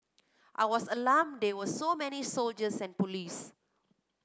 I was alarmed there were so many soldiers and police